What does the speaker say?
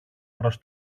προς